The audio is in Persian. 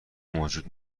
موجود